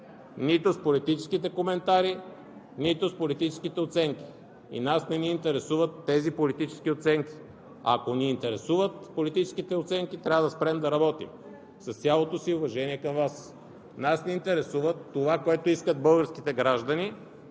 нито с политическите коментари, нито с политическите оценки! Нас не ни интересуват тези политически оценки, а ако те ни интересуват, трябва да спрем да работим, с цялото си уважение към Вас. Нас ни интересува това, което искат българските граждани,